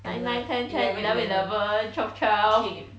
nine nine ten ten eleven eleven twelve twelve